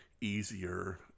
easier